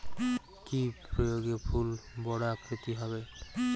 কি প্রয়োগে ফুল বড় আকৃতি হবে?